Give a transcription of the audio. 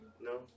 No